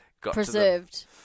preserved